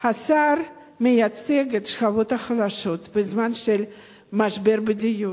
השר מייצג את השכבות החלשות בזמן של משבר בדיור.